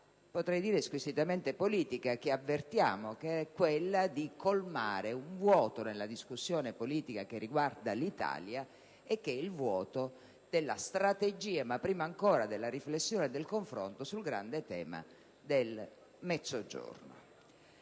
(potrei dire squisitamente politica) che avvertiamo di colmare un vuoto nella discussione politica che riguarda l'Italia, ossia il vuoto della strategia e, prima ancora, della riflessione e del confronto sul grande tema del Mezzogiorno.